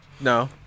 No